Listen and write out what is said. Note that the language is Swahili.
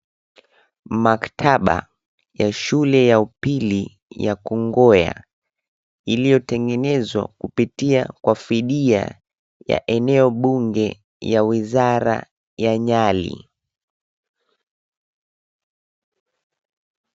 Maktaba ya shule ya upili ya Kongowea iliotengenezwa kupitia kwa fidia ya eneo bunge ya wizara ya Nyali.